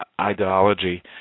ideology